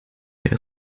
there